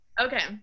Okay